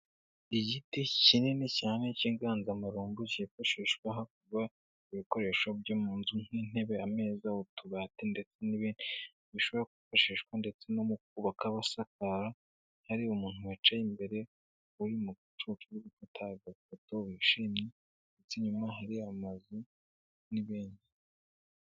Igiti kinini cyane cy'inganzamarumbo cyifashishwa bakora ibikoresho byo mu nzu nk'intebe, ameza, utubati ndetse n'ibindi bishobora kwifashishwa ndetse no mu kubaka abasakara. Hari umuntu wicaye imbere uri mugacucu ari gufata agafoto wishimye ndetse inyuma hari amazu n'ibindi.